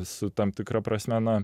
su tam tikra prasme na